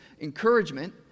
encouragement